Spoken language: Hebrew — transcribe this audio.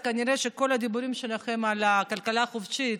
אז כנראה שכל הדיבורים שלכם על כלכלה חופשית,